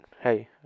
hey